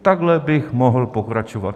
Takhle bych mohl pokračovat.